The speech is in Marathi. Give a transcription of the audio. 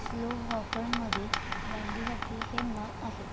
स्लोवहॉकणमध्ये बँडी हॉकी हे नाव आहे